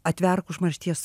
atverk užmaršties